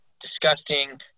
Disgusting